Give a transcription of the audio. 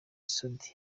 soudy